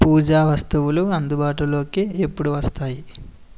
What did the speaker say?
పూజ వస్తువులు అందుబాటులోకి ఎప్పుడు వస్తాయి